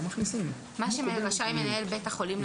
מה שרשאי מנהל בית החולים לעשות,